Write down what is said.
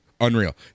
Unreal